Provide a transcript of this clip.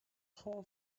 thorn